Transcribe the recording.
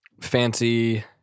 fancy